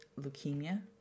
leukemia